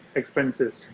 expenses